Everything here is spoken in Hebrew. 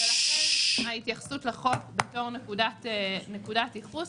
ההתייחסות לחוק בתור נקודת ייחוס,